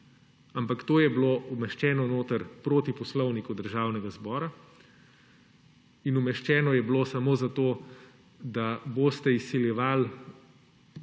Ampak to je bilo umeščeno noter proti Poslovniku Državnega zbora in umeščeno je bilo samo zato, da boste izsiljevali